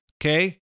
Okay